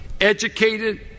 educated